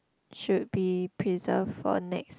should be preserved for next